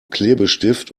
klebestift